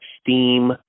Steam